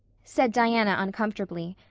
said diana uncomfortably.